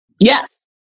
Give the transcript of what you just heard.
Yes